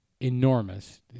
enormous